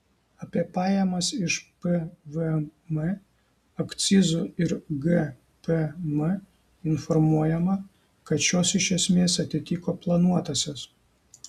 apie pajamas iš pvm akcizų ir gpm informuojama kad šios iš esmės atitiko planuotąsias